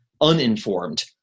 uninformed